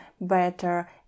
better